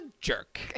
jerk